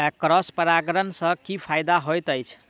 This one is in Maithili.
क्रॉस परागण सँ की फायदा हएत अछि?